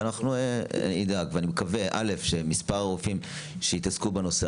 אני מקווה שמספר הרופאים שיתעסקו בנושא,